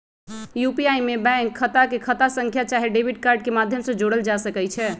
UPI में bank खता के खता संख्या चाहे डेबिट कार्ड के माध्यम से जोड़ल जा सकइ छै